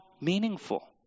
meaningful